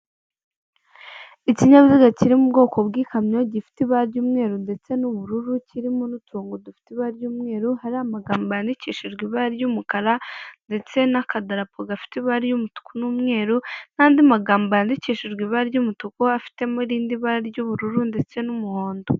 Ikinyabiziga kiri mu bwoko bw'ikamyo gifite ibara ry'umweru ndetse n'ubururu kirimo n'uturongo dufite ibara ry'umweru hari amagambo yandikishijwe ibara ry'umukara ndetse n'akadarapo gafite ibara ry'umutuku n'umweru n'andi magambo yandikishijwe ibara ry'umutuku afitemo irindi bara ry'ubururu ndetse n'umuhondo.